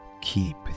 keep